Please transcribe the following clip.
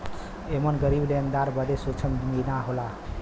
एमन गरीब लेनदार बदे सूक्ष्म बीमा होला